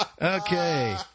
Okay